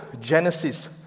Genesis